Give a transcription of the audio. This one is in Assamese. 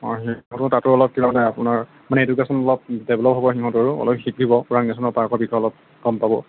অ সেই তাতো অলপ কিবা মানে আপোনাৰ মানে এডুকেশ্যন অলপ ডেভলপ হ'ব সিহঁতৰো অলপ শিকিব ওৰাং নেশ্যনেল পাৰ্কৰ বিষয়ে অলপ গম পাব